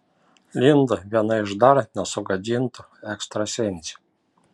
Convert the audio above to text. linda viena iš dar nesugadintų ekstrasensių